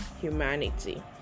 humanity